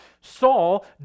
Saul